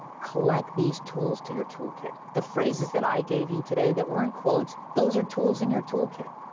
collect these tools to your toolkit. the phrases that i gave you today that were in quotes. those are tools in your toolkit.